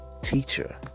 teacher